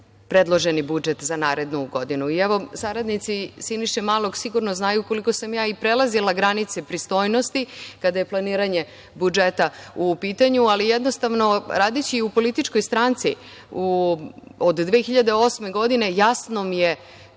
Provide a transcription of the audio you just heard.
predloženi budžet za narednu godinu. Evo, saradnici Siniše Malog sigurno znaju koliko sam ja i prelazila granice pristojnosti kada je planiranje budžeta u pitanju, ali, jednostavno, radeći u političkoj stranci od 2008. godine jasno mi je